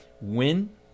Win